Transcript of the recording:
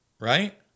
right